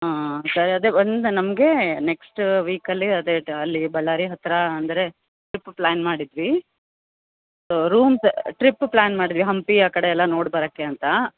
ಹಾಂ ಸರ್ ಅದೇ ಒಂದು ನಮಗೆ ನೆಕ್ಸ್ಟ್ ವೀಕಲ್ಲಿ ಅದೇ ಅಲ್ಲಿ ಬಳ್ಳಾರಿ ಹತ್ತಿರ ಅಂದರೆ ಟ್ರಿಪ್ ಪ್ಲ್ಯಾನ್ ಮಾಡಿದ್ವಿ ರೂಮ್ಸ್ ಟ್ರಿಪ್ ಪ್ಲಾನ್ ಮಾಡಿದ್ವಿ ಹಂಪಿ ಆ ಕಡೆ ಎಲ್ಲ ನೋಡಿಬರೋಕೆ ಅಂತ